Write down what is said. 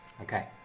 Okay